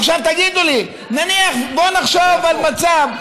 עכשיו תגידו לי, בואו נחשוב על מצב,